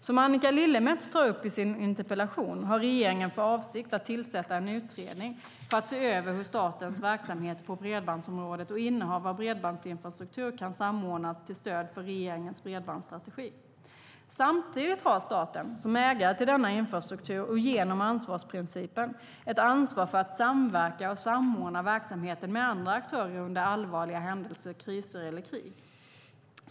Som Annika Lillemets tar upp i sin interpellation har regeringen för avsikt att tillsätta en utredning för att se över hur statens verksamheter på bredbandsområdet och innehav av bredbandsinfrastruktur kan samordnas till stöd för regeringens bredbandsstrategi. Samtidigt har staten, som ägare till denna infrastruktur och genom ansvarsprincipen, ett ansvar för att samverka och samordna verksamheten med andra aktörer under allvarliga händelser, kriser eller krig.